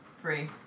Three